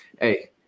hey